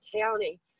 county